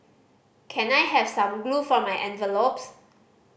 can I have some glue for my envelopes